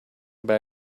buy